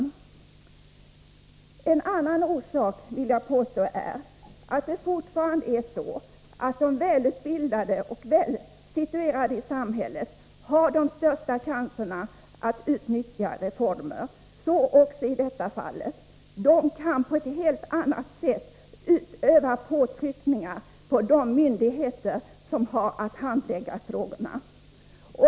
Jag vill påstå att en annan orsak till det sneda utnyttjandet av kommunal barnomsorg är att de välutbildade och välsituerade har de största chanserna att utnyttja reformer. Så också i detta fall. De kan på ett helt annat sätt än andra grupper utöva påtryckningar på de myndigheter som har att handlägga frågorna.